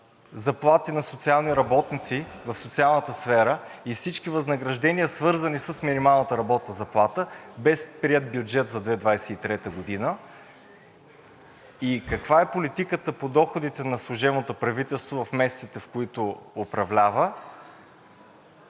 заплати на социалните работници в социалната сфера и всички възнаграждения, свързани с минималната работна заплата, без приет бюджет за 2023 г.? И каква е политиката по доходите на служебното правителство в месеците, в които управлява,